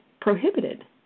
prohibited